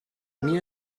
mir